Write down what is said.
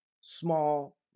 small